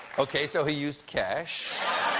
okay, so he use cashed.